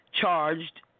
charged